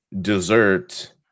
dessert